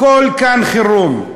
הכול כאן חירום,